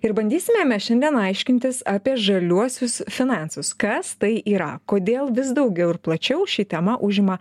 ir bandysime mes šiandien aiškintis apie žaliuosius finansus kas tai yra kodėl vis daugiau ir plačiau ši tema užima